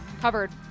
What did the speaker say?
covered